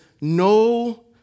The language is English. no